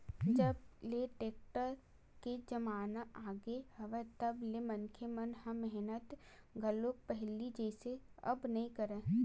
जब ले टेक्टर के जमाना आगे हवय तब ले मनखे मन ह मेहनत घलो पहिली जइसे अब नइ करय